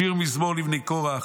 "שיר מזמור לבני קרח.